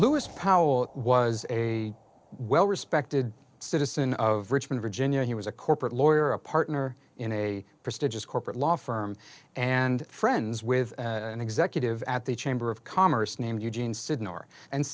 lewis powell was a well respected citizen of richmond virginia he was a corporate lawyer a partner in a prestigious corporate law firm and friends with an executive at the chamber of commerce named eugene si